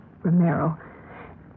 romero